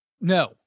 No